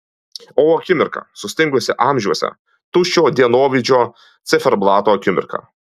o akimirka sustingusi amžiuose tuščio dienovidžio ciferblato akimirka